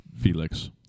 Felix